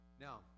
Now